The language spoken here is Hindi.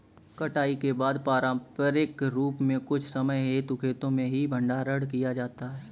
कटाई के बाद पारंपरिक रूप से कुछ समय हेतु खेतो में ही भंडारण किया जाता था